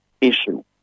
issue